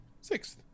sixth